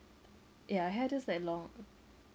ya I had this like long